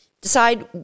decide